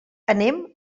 anem